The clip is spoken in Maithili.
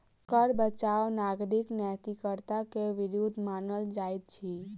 कर बचाव नागरिक नैतिकता के विरुद्ध मानल जाइत अछि